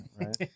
right